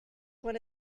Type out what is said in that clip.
one